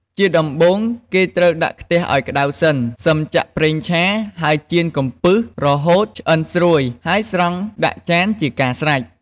ជាដំបូង គេត្រូវដាក់ខ្ទះឱ្យក្តៅសិន សិមចាក់ប្រេងឆា ហើយចៀនកំពឹសរហូតឆ្អិនស្រួយ ហើយស្រង់ដាក់ចានជាការស្រេច។